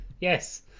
Yes